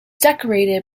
decorated